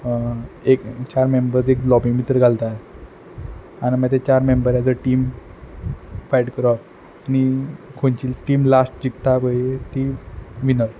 एक चार मेंबर्स एक लॉबी भितर घालता आनी मागीर ते चार मेंबर्राची टीम फायट करप आनी खंयची टीम लास्ट जिकता पय ती विनर